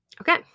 Okay